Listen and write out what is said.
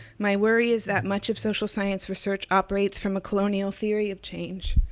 my worry is that much of social science research operates from a colonial theory of change,